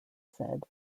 said